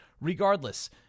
regardless